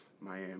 Miami